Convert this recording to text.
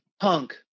Punk